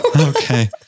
Okay